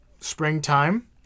springtime